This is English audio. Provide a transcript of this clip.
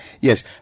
Yes